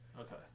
Okay